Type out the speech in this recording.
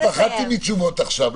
פחדתי מתשובות עכשיו.